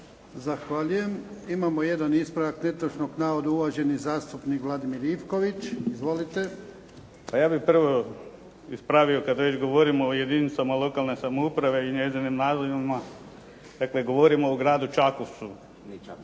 Zahvaljujem. Imamo jedan ispravak netočnog navoda, uvaženi zastupnik Vladimir Ivković. Izvolite. **Ivković, Vladimir (HDZ)** Pa ja bih prvo ispravio kada već govorimo o jedinicama lokalne samouprave i njezinim nazivima, dakle govorimo o Gradu Čakovcu, ne